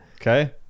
Okay